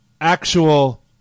actual